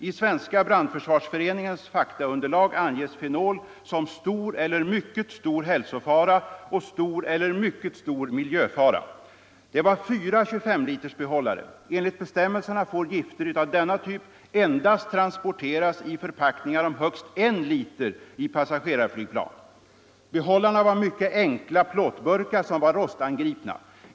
I Svenska brandförsvarsföreningens faktaunderlag anges fenol som stor eller mycket stor hälsofara och stor eller mycket stor miljöfara. Det var fyra 25-litersbehållare. Enligt bestämmelserna får gifter av denna typ endast transporteras i förpackningar om högst en liter i passagerarflygplan. Behållarna var mycket enkla plåtburkar som var rostangripna.